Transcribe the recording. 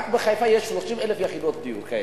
רק בחיפה יש 30,000 יחידות דיור כאלה.